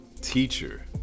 teacher